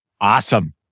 Awesome